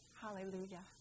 Hallelujah